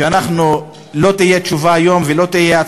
שהיום לא יהיו תשובה והצבעה,